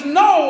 no